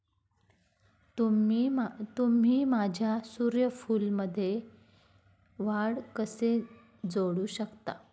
तुम्ही माझ्या सूर्यफूलमध्ये वाढ कसे जोडू शकता?